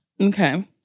Okay